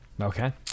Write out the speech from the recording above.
Okay